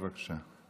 בבקשה.